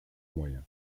moyens